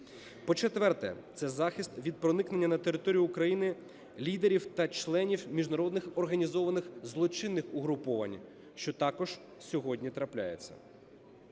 по-четверте, це захист від проникнення на територію України лідерів та членів міжнародних організованих злочинних угруповань, що також сьогодні трапляється.